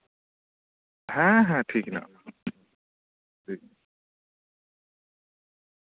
ᱦᱮᱸ ᱦᱮᱸ ᱴᱷᱤᱠ ᱢᱳᱱᱟᱜ ᱴᱷᱤᱠ